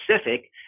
specific